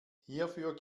hierfür